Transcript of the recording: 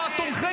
אתה מכיר מספרים?